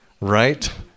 right